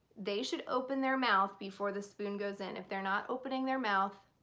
they should open their mouth before the spoon goes in. if they're not opening their mouth,